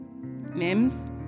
Mims